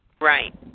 Right